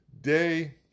day